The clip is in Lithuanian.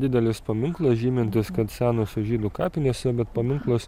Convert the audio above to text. didelis paminklas žymintis kad senosios žydų kapinės yra bet paminklas